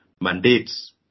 mandates